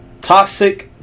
Toxic